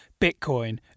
Bitcoin